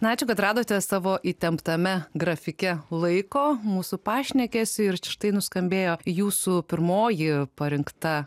na ačiū kad radote savo įtemptame grafike laiko mūsų pašnekesiui ir štai nuskambėjo jūsų pirmoji parinkta